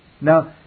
Now